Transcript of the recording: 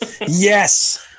Yes